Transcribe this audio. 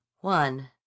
One